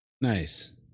Nice